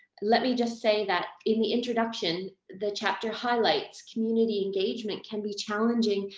let me just say that in the introduction, the chapter highlights community engagement can be challenging,